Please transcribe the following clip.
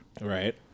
Right